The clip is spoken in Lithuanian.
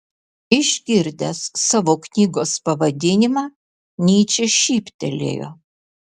išgirdęs savo knygos pavadinimą nyčė šyptelėjo